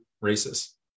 races